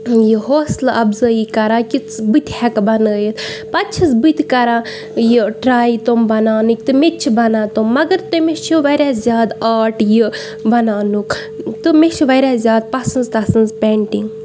یہِ حوصلہٕ افضٲیی کَران کہِ ژٕ بہٕ تہِ ہٮ۪کہٕ بَنٲیِتھ پَتہٕ چھس بہٕ تہِ کَران یہِ ٹرٛاے تٕم بَناونٕکۍ تہٕ مےٚ تہِ چھِ بَنا تِم مگر تٔمِس چھِ واریاہ زیادٕ آٹ یہِ بَناونُک تہٕ مےٚ چھِ واریاہ زیادٕ پَسنٛز تَسٕنٛز پینٹِنٛگ